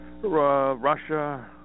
Russia